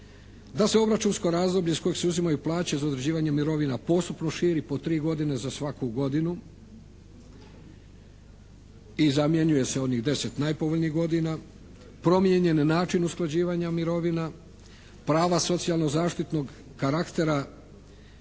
Da se obračunsko razdoblje iz kojeg se uzimaju plaće za određivanje mirovina postupno širi po tri godine za svaku godinu i zamjenjuje se onih deset najpovoljnijih godina, promijenjen je način usklađivanja mirovina, prava socijalno-zaštitnog karaktera